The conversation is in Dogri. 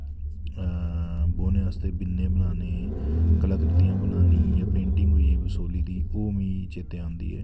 बौह्ने आस्तै बिन्ने बनाने पन्दी बनानी जां पेंटिंग होई बसोह्ली दी ओह् मिगी चेत्तै आंदी ऐ